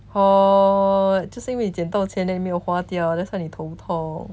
hor 就因为你捡到钱 then 你没有花掉 that's why 你头痛